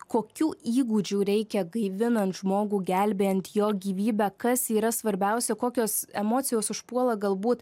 kokių įgūdžių reikia gaivinant žmogų gelbėjant jo gyvybę kas yra svarbiausia kokios emocijos užpuola galbūt